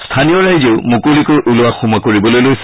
স্থানীয় ৰাইজেও মুকলিকৈ ওলোৱা সোমোৱা কৰিবলৈ লৈছে